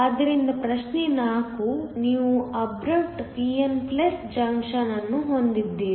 ಆದ್ದರಿಂದ ಪ್ರಶ್ನೆ 4 ನೀವು ಅಬ್ರಪ್ಟ್ pn ಜಂಕ್ಷನ್ ಅನ್ನು ಹೊಂದಿದ್ದೀರಿ